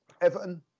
Everton